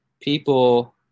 people